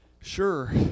Sure